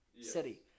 City